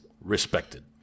respected